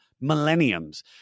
millenniums